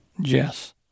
Jess